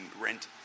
rent